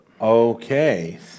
Okay